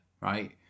right